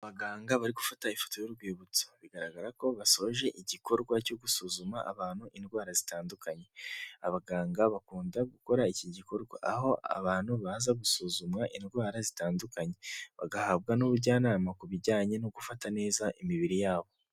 Abaganga bari gufata ifoto y'urwibutso bigaragara ko basoje igikorwa cyo gusuzuma abantu indwara zitandukanye, abaganga bakunda gukora iki gikorwa aho abantu baza gusuzumwa indwara zitandukanye bagahabwa n'ubujyanama ku bijyanye no gufata neza imibiri yabo.